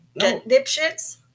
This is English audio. dipshits